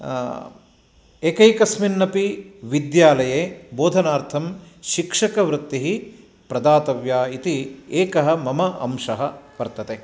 एकैकस्मिन्नपि विद्यालये बोधनार्थं शिक्षकवृत्तिः प्रदातव्या इति एकः मम अंशः वर्तते